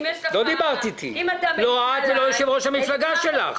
לא דיברת איתי, לא את ולא יושב-ראש המפלגה שלך,